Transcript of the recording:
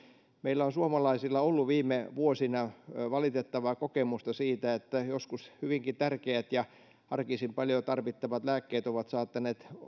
meillä suomalaisilla on ollut viime vuosina valitettavaa kokemusta siitä että joskus hyvinkin tärkeät ja arkisin paljon tarvittavat lääkkeet ovat saattaneet